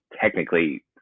technically